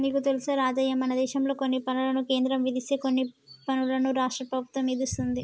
నీకు తెలుసా రాజయ్య మనదేశంలో కొన్ని పనులను కేంద్రం విధిస్తే కొన్ని పనులను రాష్ట్ర ప్రభుత్వం ఇదిస్తుంది